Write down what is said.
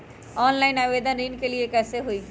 Online आवेदन ऋन के लिए कैसे हुई?